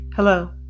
Hello